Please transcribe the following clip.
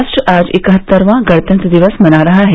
राष्ट्र आज इकहत्तरवां गणतंत्र दिवस मना रहा है